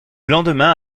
lendemain